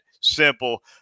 simple